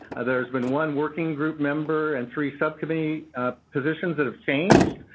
there's been one working group member and three subcommittee positions that have changed.